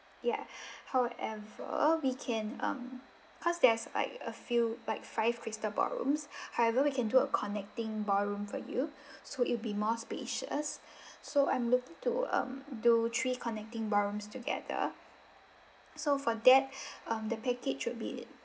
ya however we can um because there's like a few like five crystal ballrooms however we can do a connecting ballroom for you so it'll be more spacious so I'm looking to um do three connecting ballrooms together so for that um the package would be